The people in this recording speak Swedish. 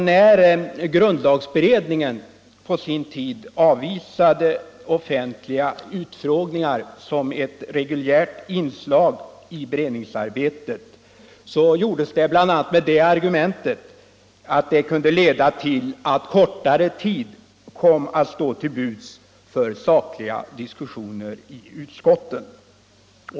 När grundlagberedningen på sin tid avvisade tanken på offentliga utfrågningar såsom ett reguljärt inslag i beredningsarbetet, gjordes det bl.a. med det argumentet att utfrågningarna kunde leda till att kortare tid kom att stå till buds för sakliga diskussioner i utskotten.